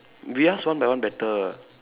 we ask one by one better